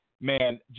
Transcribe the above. man